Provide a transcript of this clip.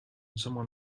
someone